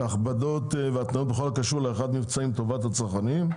להכבדות והתניות בכל הקשור להארכת מבצעים לטובת הצרכנים.